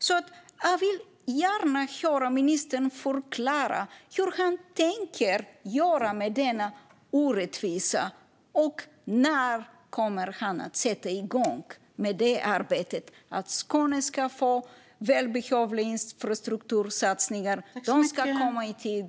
Jag vill gärna höra ministern förklara hur han tänker göra med denna orättvisa och när han kommer att sätta igång med arbetet för att Skåne ska få välbehövliga infrastruktursatsningar. De ska komma i tid.